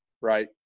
right